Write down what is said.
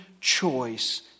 choice